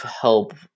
help